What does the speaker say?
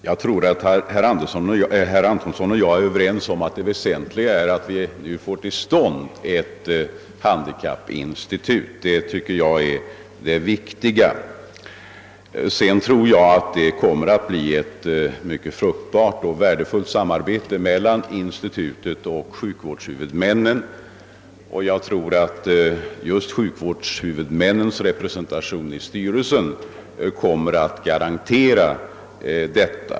Herr talman! Jag tror att herr Antonsson och jag är överens om att det väsentliga är att vi nu får till stånd ett handikappinstitut. Det tycker jag är det viktiga i detta sammanhang. Jag tror att det i och med detta kommer att uppstå eit mycket fruktbart och värdefullt samarbete mellan institutet och sjukvårdshuvudmännen. Jag tror att just sjukvårdshuvudmännens representation i styrelsen kommer att garantera detta.